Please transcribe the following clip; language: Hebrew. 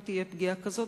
אם תהיה פגיעה כזאת,